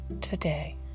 today